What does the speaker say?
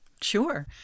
Sure